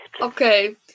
Okay